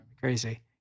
Crazy